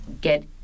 get